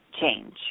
change